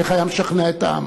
איך היה משכנע את העם?